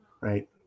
right